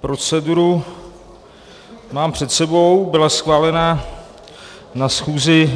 Proceduru mám před sebou, byla schválena na schůzi